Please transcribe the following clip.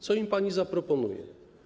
Co im pani zaproponuje?